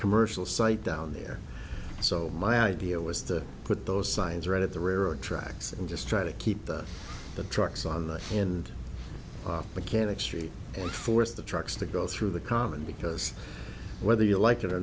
commercial site down there so my idea was to put those signs right at the railroad tracks and just try to keep the trucks on the and off mechanic street and forced the trucks to go through the common because whether you like